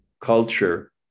culture